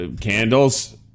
candles